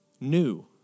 new